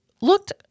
looked